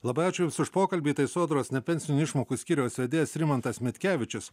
labai ačiū jums už pokalbį tai sodros pensinių išmokų skyriaus vedėjas rimantas mitkevičius